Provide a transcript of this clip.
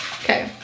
Okay